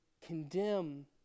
condemn